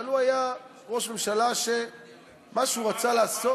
אבל הוא היה ראש ממשלה, שמה שהוא רצה לעשות